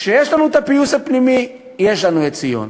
כשיש לנו את הפיוס הפנימי, יש לנו את ציון,